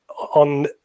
on